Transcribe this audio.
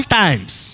times